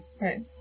Right